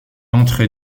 entrée